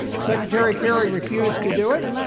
secretary kerry refused to do it,